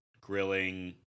grilling